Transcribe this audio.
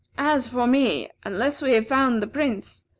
as for me, unless we have found the prince,